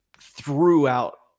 throughout